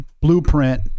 blueprint